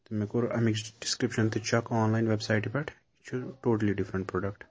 تہٕ مےٚ کوٚر اَمِچ ڈِسکرٛپشَن تہِ چَک آن لایِن وٮ۪بسایٹہِ پٮ۪ٹھ یہِ چھُ ٹوٹلی ڈِفرنٛٹ پرٛوٚڈَکٹ